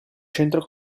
centro